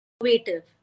innovative